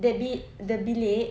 the bi~ the bilik